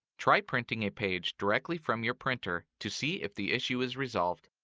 try printing a page directly from your printer to see if the issue is resolved.